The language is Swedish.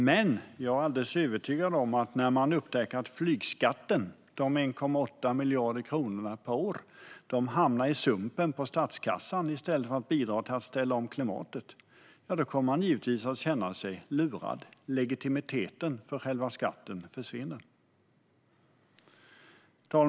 Men jag är alldeles övertygad om att när man upptäcker att flygskatten, dessa 1,8 miljarder kronor per år, hamnar i sumpen på statskassan i stället för att bidra till att ställa om klimatet kommer man att känna sig lurad. Legitimiteten för själva skatten försvinner. Fru talman!